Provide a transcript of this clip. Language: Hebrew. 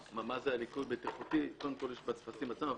ליקוי בטיחותי יש בטפסים עצמם,